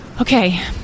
Okay